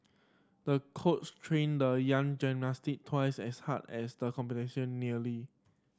the coach trained the young gymnast twice as hard as the competition nearly